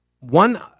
One